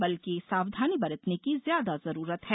बल्कि सावधानी बरतने की ज्यादा जरूरत है